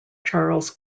charles